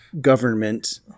government